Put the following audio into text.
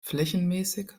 flächenmäßig